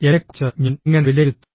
എന്നെക്കുറിച്ച് ഞാൻ എങ്ങനെ വിലയിരുത്തും